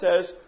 says